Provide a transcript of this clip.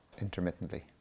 intermittently